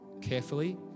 Carefully